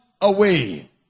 away